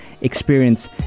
experience